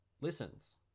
listens